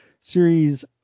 series